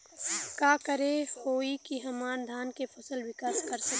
का करे होई की हमार धान के फसल विकास कर सके?